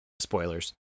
spoilers